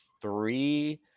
three